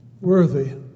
worthy